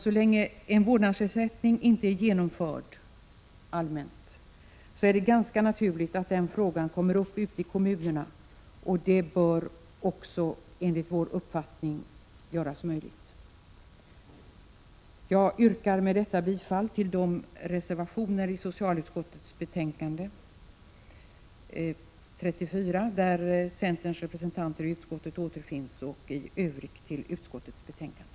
Så länge som en vårdsnadsersättning inte är allmänt genomförd, är det ganska naturligt att den frågan kommer upp ute i kommunerna, och detta bör enligt vår uppfattning också göras möjligt. Fru talman! Jag yrkar bifall till de reservationer i socialutskottets betänkande 34 där centerns representanter i utskottet återfinns och i övrigt till utskottets hemställan.